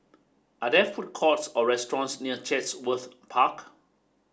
are there food courts or restaurants near Chatsworth Park